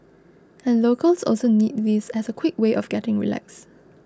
and locals also need this as a quick way of getting relaxed